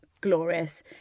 Glorious